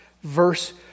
verse